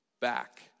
back